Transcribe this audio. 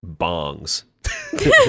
bongs